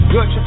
Good